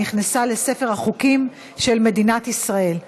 ונכנסת לספר החוקים של מדינת ישראל.